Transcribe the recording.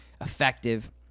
effective